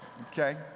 okay